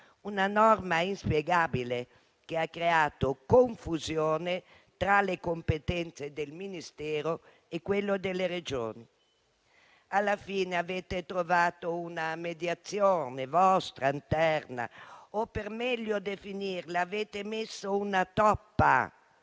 Una norma inspiegabile che ha creato confusione tra le competenze del Ministero e quelle delle Regioni. Alla fine avete trovato una mediazione vostra, interna, o, per meglio definirla, avete messo una toppa.